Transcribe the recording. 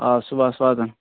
آ صُبَحس واتَن